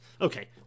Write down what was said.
Okay